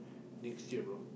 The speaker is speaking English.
next year bro